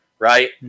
right